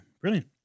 brilliant